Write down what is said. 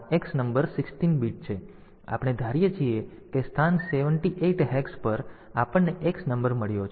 તેથી આપણે ધારીએ છીએ કે સ્થાન 78 હેક્સ પર આપણને X નંબર મળ્યો છે